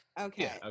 okay